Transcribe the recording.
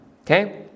Okay